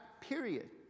period